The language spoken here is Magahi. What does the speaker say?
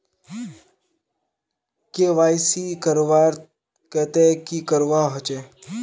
के.वाई.सी करवार केते की करवा होचए?